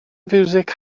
fiwsig